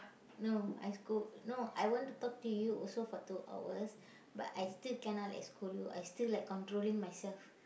no I scold no I want to talk to you also for two hours but I still cannot like scold you I still like controlling myself